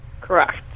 Correct